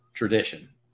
tradition